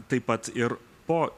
taip pat ir po